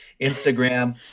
Instagram